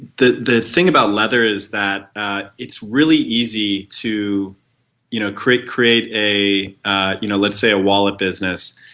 the the thing about leather is that it's really easy to you know create create a ah you know let's say a wallet business,